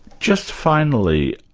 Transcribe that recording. just finally,